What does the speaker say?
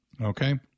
Okay